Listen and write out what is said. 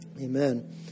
Amen